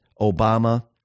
Obama